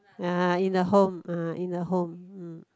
uh in a home uh in a home mm